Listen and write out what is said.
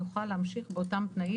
יוכל להמשיך באותם תנאים.